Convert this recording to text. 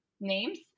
names